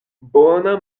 bona